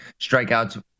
strikeouts